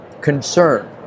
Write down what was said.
concern